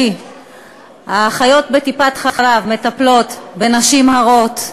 כי האחיות בטיפות-החלב מטפלות בנשים הרות,